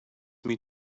meet